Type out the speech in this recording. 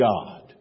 God